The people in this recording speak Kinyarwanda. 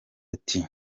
ati